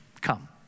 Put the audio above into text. Come